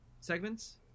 segments